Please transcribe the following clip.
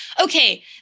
okay